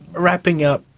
wrapping up,